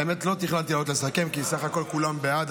האמת היא שלא תכננתי לעלות לסכם כי בסך הכול כולם בעד.